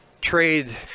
trade